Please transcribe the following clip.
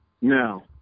No